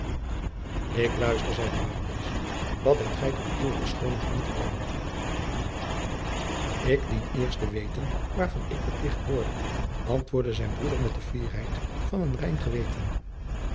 ik luister zeide maurits wat hebt gij tot uwe verschooning in te brengen ik dien eerst te weten waarvan ik beticht worde antwoordde zijn broeder met de fierheid van een rein geweten